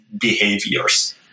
behaviors